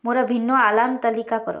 ମୋର ଭିନ୍ନ ଆଲାର୍ମ ତାଲିକା କର